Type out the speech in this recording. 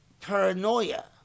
paranoia